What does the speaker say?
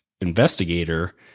investigator